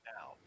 now